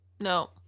No